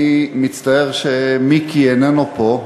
אני מצטער שמיקי איננו פה.